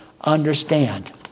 understand